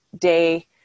day